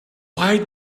why